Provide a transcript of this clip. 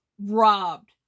robbed